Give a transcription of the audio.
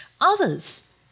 Others